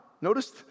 Notice